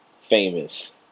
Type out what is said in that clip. famous